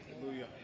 Hallelujah